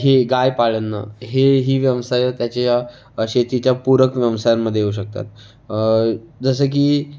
ही गाय पाळणं हेही व्यवसाय त्याचे शेतीच्या पूरक व्यवसायांमध्ये येऊ शकतात जसं की